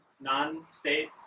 non-state